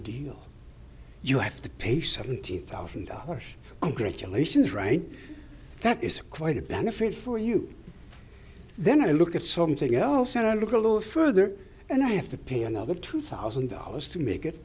deal you have to pay seventy thousand dollars and graduations right that is quite a benefit for you then i look at something else and i look a little further and i have to pay another two thousand dollars to make it